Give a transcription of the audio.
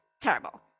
terrible